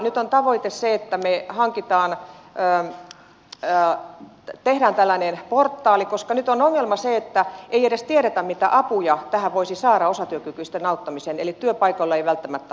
nyt on tavoite se että me teemme tällaisen portaalin koska nyt on ongelma se että ei edes tiedetä mitä apuja voisi saada osatyökykyisten auttamiseen eli työpaikoilla ei välttämättä ole tietoa